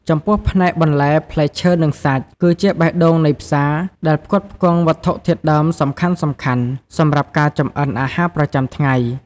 ចំពោះផ្នែកបន្លែ ផ្លែឈើ និងសាច់ គឺជាបេះដូងនៃផ្សារ ដែលផ្គត់ផ្គង់វត្ថុធាតុដើមសំខាន់ៗសម្រាប់ការចម្អិនអាហារប្រចាំថ្ងៃ។